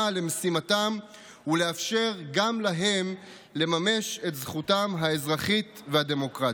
למשימתם ולאפשר גם להם לממש את זכותם האזרחית והדמוקרטית.